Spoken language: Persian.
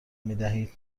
میدهید